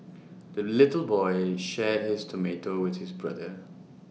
the little boy shared his tomato with his brother